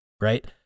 Right